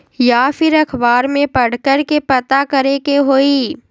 या फिर अखबार में पढ़कर के पता करे के होई?